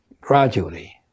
gradually